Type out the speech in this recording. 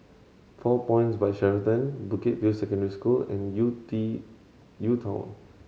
Four Points By Sheraton Bukit View Secondary School and U T UTown